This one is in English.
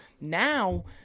Now